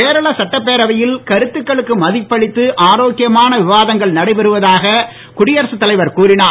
கேரள சட்டப்பேரவையில் கருத்துக்களுக்கு மதிப்பளித்து ஆரோக்கியமான விவாதங்கள் குடியரசு தலைவர் கூறினார்